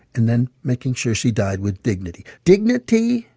and then making sure she died with dignity. dignity,